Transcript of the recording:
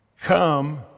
Come